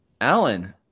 Alan